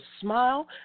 smile